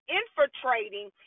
infiltrating